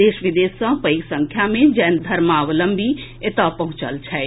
देश विदेश सँ पैघ संख्या में जैन धर्मावलंबी एतऽ पहुंचल छथि